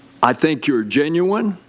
i think you are genuine.